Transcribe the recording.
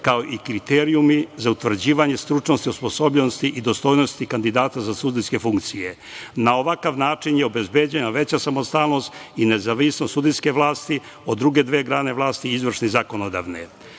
kao i kriterijumi za utvrđivanje stručnosti, osposobljenosti i dostojnosti kandidata za sudijske funkcije. Na ovakav način je obezbeđena veća samostalnost i nezavisnost sudijske vlasti od druge dve grane vlasti, izvršne i zakonodavne. Srpska